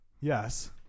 Yes